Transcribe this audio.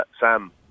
Sam